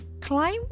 climb